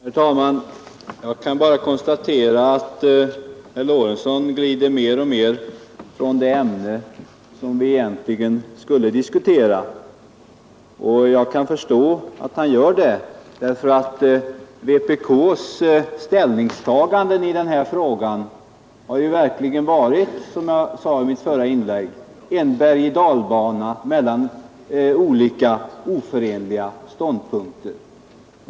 Herr talman! Jag kan bara konstatera att herr Lorentzon glider mer och mer ifrån det ämne som vi egentligen skulle diskutera. Och jag kan förstå att han gör det, därför att vpk:s ställningstaganden i den här frågan har verkligen varit, som jag sade i mitt förra inlägg, en bergoch dalbana mellan olika oförenliga ståndpunkter.